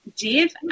Dave